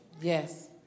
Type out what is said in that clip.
Yes